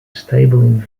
stable